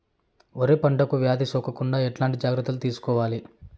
వరి పంటకు వ్యాధి సోకకుండా ఎట్లాంటి జాగ్రత్తలు తీసుకోవాలి?